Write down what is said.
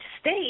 state